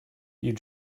you